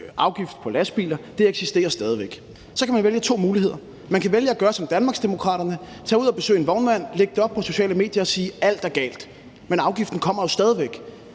afgift på lastbiler, eksisterer stadig væk, og så kan man vælge to muligheder. Man kan vælge at gøre som Danmarksdemokraterne, altså at tage ud og besøge en vognmand og lægge det op på de sociale medier og sige, at alt er galt. Men afgiften kommer jo stadig væk.